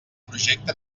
projecte